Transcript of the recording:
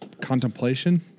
contemplation